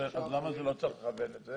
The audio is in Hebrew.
למה לא צריך לכבד את זה?